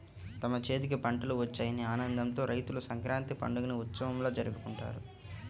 తమ చేతికి పంటలు వచ్చాయనే ఆనందంతో రైతులు సంక్రాంతి పండుగని ఉత్సవంలా జరుపుకుంటారు